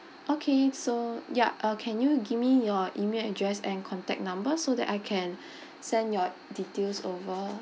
okay so yup uh can you give me your email address and contact number so that I can send your details over